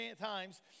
times